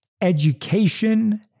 education